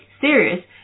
Serious